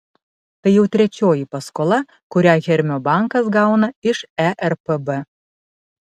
tai jau trečioji paskola kurią hermio bankas gauna iš erpb